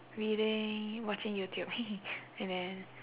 reading watching youtube and then